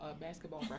basketball